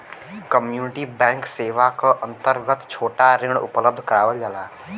community bank सेवा क अंतर्गत छोटा ऋण उपलब्ध करावल जाला